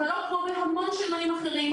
הקלות כמו בהמון שינויים אחרים.